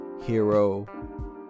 Hero